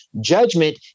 Judgment